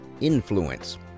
Influence